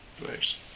place